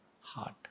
heart